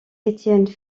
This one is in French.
étienne